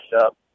up